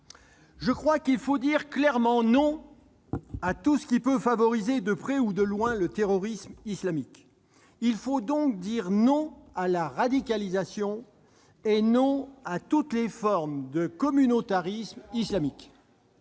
initial. Il faut dire clairement non à tout ce qui peut favoriser de près ou de loin le terrorisme islamique. Il faut donc dire non à la radicalisation et non à toutes les formes de communautarisme islamique.